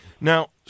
now